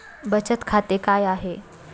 बचत खाते काय आहे?